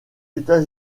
états